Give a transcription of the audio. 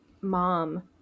mom